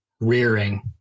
rearing